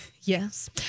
Yes